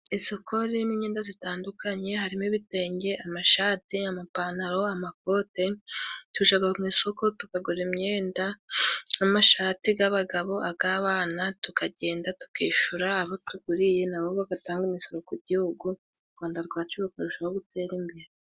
Isoko ririmo imyenda zitandukanye harimo: ibitenge amashate, amapantaro, amakote, tujaga mu isoko tukagura imyenda n'amashati g'abagabo, ag'abana tukagenda tukishura abo tuguriye nabo bagatanga umusoro ku gihugu u Rwanda rwacu rukarushaho gutera imbere.